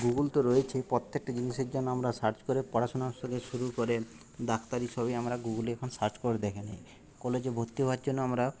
Google তো রয়েছে প্রত্যেকটি জিনিসের জন্য আমরা সার্চ করে পড়াশুনা থেকে শুরু করে ডাক্তারি সবই আমরা গুগলে এখন সার্চ করে দেখে নিই কলেজে ভর্তি হওয়ার জন্য আমরা